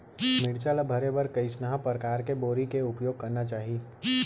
मिरचा ला भरे बर कइसना परकार के बोरी के उपयोग करना चाही?